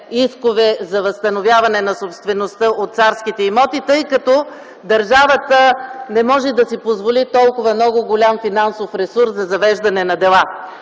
за възстановяване на собствеността на царските имоти, тъй като държавата не може да си позволи толкова голям финансов ресурс за завеждане на дела.